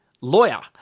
lawyer